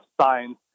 signs